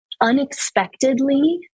unexpectedly